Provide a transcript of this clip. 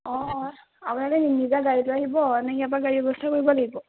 অঁ অঁ আপোনালোকে নিজা গাড়ী লৈ আহিব নে ইয়াৰপৰা গাড়ীৰ ব্যৱস্থা কৰিব লাগিব